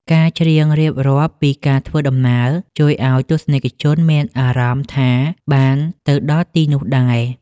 ការច្រៀងរៀបរាប់ពីការធ្វើដំណើរ ជួយឱ្យទស្សនិកជនមានអារម្មណ៍ថាបានទៅដល់ទីនោះដែរ។